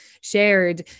shared